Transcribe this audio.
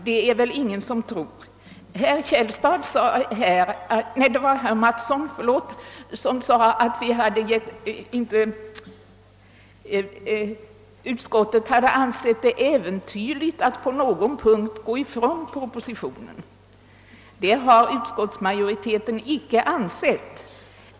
Herr Mattsson sade att utskottsmajoriteten ansett det äventyrligt att på någon punkt gå ifrån propositionen. Det är inte riktigt.